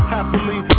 Happily